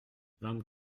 vingt